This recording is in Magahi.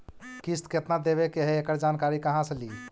किस्त केत्ना देबे के है एकड़ जानकारी कहा से ली?